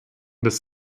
des